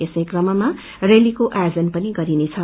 यसै क्रममा रेली को आयोजन पनि गरिनेछ